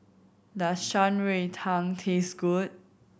does Shan Rui Tang taste good